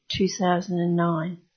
2009